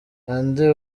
ati